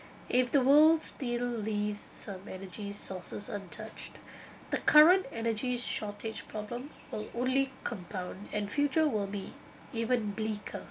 if the world still leaves some energy sources untouched the current energy shortage problem will only compound and future will be even bleaker